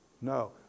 No